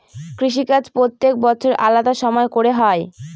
কৃষিকাজ প্রত্যেক বছর আলাদা সময় করে হয়